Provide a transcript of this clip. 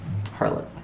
harlot